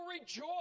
rejoice